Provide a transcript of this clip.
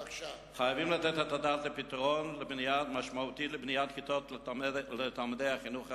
חייבים לתת את הדעת לפתרון משמעותי לבניית כיתות לתלמודי החינוך החרדי,